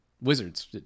wizards